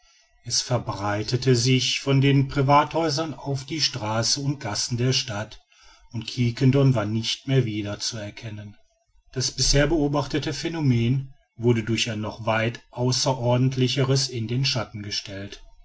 es verbreitete sich von den privathäusern auf die straßen und gassen der stadt und quiquendone war nicht mehr wieder zu erkennen das bisher beobachtete phänomen wurde durch ein noch weit außerordentlicheres in den schatten gestellt